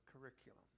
curriculum